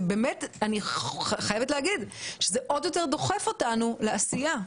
אני חייבת להגיד שזה עוד יותר דוחף אותנו לעשייה.